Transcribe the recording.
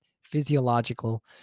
physiological